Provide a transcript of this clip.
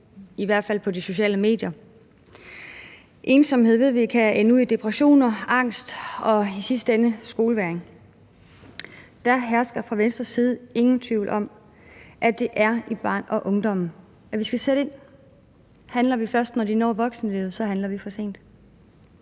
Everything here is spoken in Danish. i hvert fald på de sociale medier. Vi ved, at ensomhed kan ende ud i depressioner, angst og i sidste ende skolevægring. Der hersker fra Venstres side ingen tvivl om, at det er i barn- og ungdommen, vi skal sætte ind. Handler vi først, når de når voksenlivet, handler vi for sent.